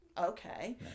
okay